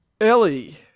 Ellie